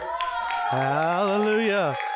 Hallelujah